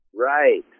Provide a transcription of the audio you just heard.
Right